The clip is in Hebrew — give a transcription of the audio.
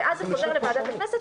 ואז זה חוזר לוועדת הכנסת,